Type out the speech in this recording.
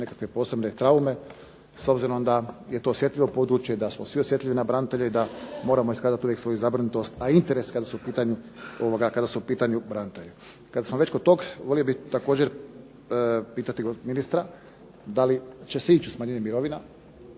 nekakve posebne traume s obzirom da je to osjetljivo područje, da smo svi osjetljivi na branitelje i da moramo iskazati uvijek svoju zabrinutost, a interes kada su u pitanju branitelji. Kada smo već kod tog volio bih također pitati ministra da li će se ići u smanjenje mirovina.